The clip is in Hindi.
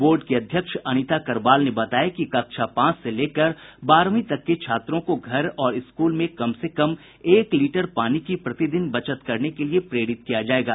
बोर्ड की अध्यक्ष अनिता करवाल ने बताया कि कक्षा पांच से लेकर बारहवीं तक के छात्रों को घर और स्कूल में कम से कम एक लीटर पानी की प्रतिदिन बचत करने के लिए प्रेरित किया जायेगा